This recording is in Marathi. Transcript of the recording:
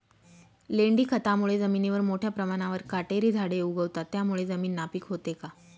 लेंडी खतामुळे जमिनीवर मोठ्या प्रमाणावर काटेरी झाडे उगवतात, त्यामुळे जमीन नापीक होते का?